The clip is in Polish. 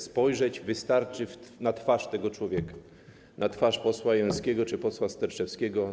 Spojrzeć wystarczy na twarz tego człowieka, na twarz posła Jońskiego czy posła Sterczewskiego.